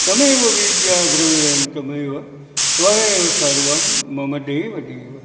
ત્વમેવ વિદ્યા દ્રવીડ્મ ત્વમેવ ત્વમેવ સર્વમ્ મમ દેવ દેવઃ